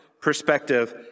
perspective